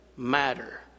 Matter